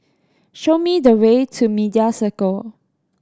show me the way to Media Circle